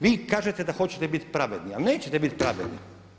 Vi kažete da hoćete biti pravedni ali nećete biti pravedni.